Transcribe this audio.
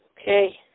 Okay